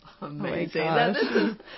Amazing